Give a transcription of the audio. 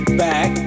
back